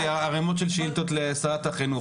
היו לי ערימות של שאילתות לשרת החינוך.